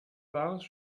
wahres